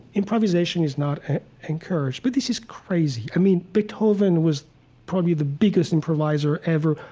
improvisation is not encouraged. but this is crazy. i mean, beethoven was probably the biggest improviser ever.